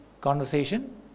conversation